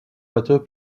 matériaux